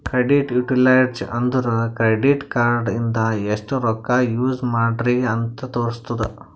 credit utilized ಅಂದುರ್ credit card ಇಂದ ಎಸ್ಟ್ ರೊಕ್ಕಾ ಯೂಸ್ ಮಾಡ್ರಿ ಅಂತ್ ತೋರುಸ್ತುದ್